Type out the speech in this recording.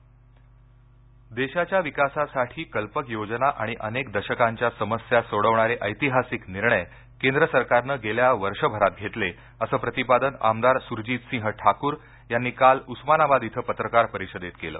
उस्मानाबाद देशाच्या विकासासाठी कल्पक योजना आणि अनेक दशकांच्या समस्या सोडवणारे ऐतिहासिक निर्णय केंद्र सरकारनं गेल्या वर्ष भारत घेतले अस प्रतिपादन आमदार सुजितसिंह ठाकूर यांनी काल उस्मानाबाद इथ पत्रकार परिषदेत केलं